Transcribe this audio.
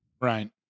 Right